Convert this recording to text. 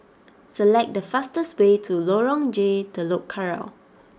select the fastest way to Lorong J Telok Kurau